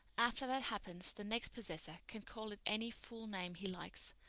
after that happens the next possessor can call it any fool name he likes,